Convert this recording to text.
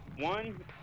One